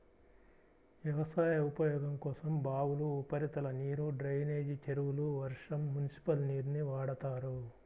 వ్యవసాయ ఉపయోగం కోసం బావులు, ఉపరితల నీరు, డ్రైనేజీ చెరువులు, వర్షం, మునిసిపల్ నీరుని వాడతారు